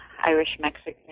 Irish-Mexican